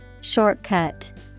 Shortcut